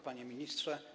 Panie Ministrze!